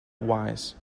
wise